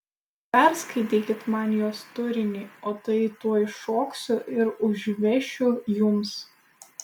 perskaitykit man jos turinį o tai tuoj šoksiu ir užvešiu jums